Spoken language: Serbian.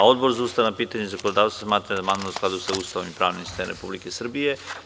Odbor za ustavna pitanja i zakonodavstvo smatra da je amandman u skladu sa Ustavom i pravnim sistemom Republike Srbije.